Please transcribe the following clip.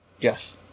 Yes